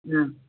ஆ